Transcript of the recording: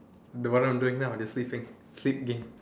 do what I am doing now just sleeping sleep game